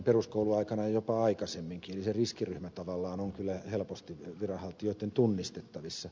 eli se riskiryhmä tavallaan on kyllä helposti viranhaltijoitten tunnistettavissa